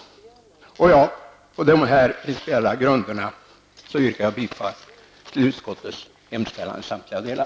På de här principiella grunderna yrkar jag bifall till utskottets hemställan i samtliga delar.